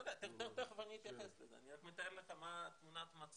השר להשכלה גבוהה ומשלימה זאב אלקין: תיכף אני אתייחס לזה,